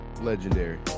Legendary